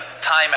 time